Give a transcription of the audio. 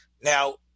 Now